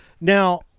Now